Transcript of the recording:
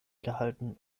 gehalten